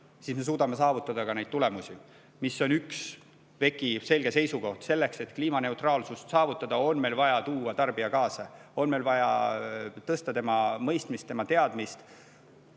siis me suudame saavutada ka neid tulemusi, mis on üks WEC-i selge seisukoht: selleks, et kliimaneutraalsust saavutada, on meil vaja tuua tarbija kaasa, meil on vaja kasvatada tema mõistmist, tema teadmisi.